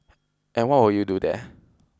and what will you do there